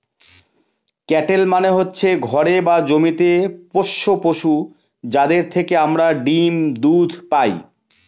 cattle মানে হচ্ছে ঘরে বা জমিতে পোষ্য পশু, যাদের থেকে আমরা ডিম দুধ পায়